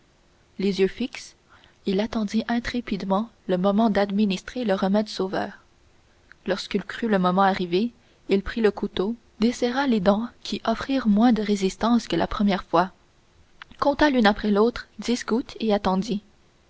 les yeux fixés il attendit intrépidement le moment d'administrer le remède sauveur lorsqu'il crut le moment arrivé il prit le couteau desserra les dents qui offrirent moins de résistance que la première fois compta l'une après l'autre dix gouttes et attendit